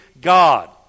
God